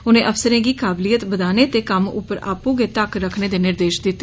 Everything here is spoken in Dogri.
उनें अफसरें गी काबिलीयत बदाने ते कम्म उप्पर आपू गै तक्क रक्खने दे निर्देश दित्ते